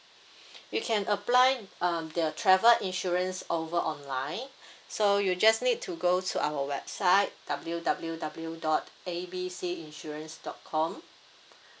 you can apply um the travel insurance over online so you just need to go to our website W_W_W dot A B C insurance dot com